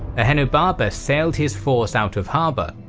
ahenobarbus sailed his force out of harbour,